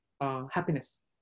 happiness